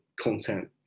content